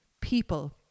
people